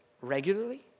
regularly